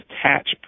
attach